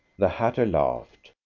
the hatter laughed.